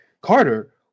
Carter